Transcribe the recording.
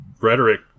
rhetoric